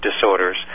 disorders